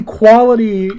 quality